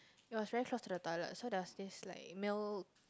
it was very close to the toilet so there was this like male